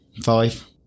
five